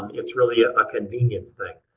it's really a convenience thing.